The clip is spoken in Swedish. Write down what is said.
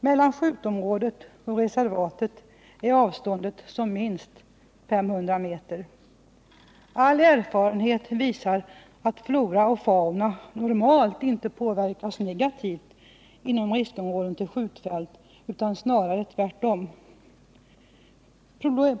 Mellan skjutområdet och reservatet är avståndet som minst 500 m. All erfarenhet visar att flora och fauna normalt inte påverkas negativt inom riskområden till skjutfält utan snarare tvärtom.